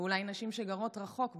ואולי נשים שגרות רחוק,